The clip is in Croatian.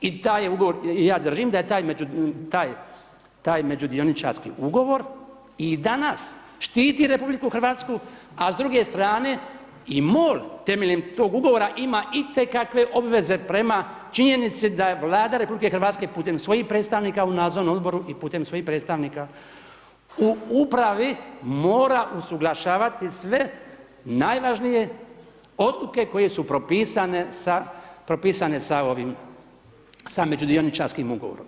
I taj je ugovor, ja držim, da je taj međudioničarski ugovor i danas štiti RH a s druge strane i MOL temeljem tog ugovora ima itekakve obveze prema činjenica da je Vlada RH putem svojih predstavnika u nadzornom odboru i putem svojih predstavnika u upravi mora usuglašavati sve najvažnije odluke koje su propisane sa međudioničarskim ugovorom.